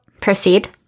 Proceed